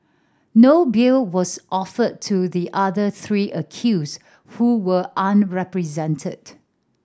no bill was offered to the other three accused who were unrepresented